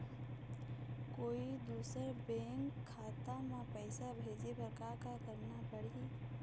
कोई दूसर बैंक खाता म पैसा भेजे बर का का करना पड़ही?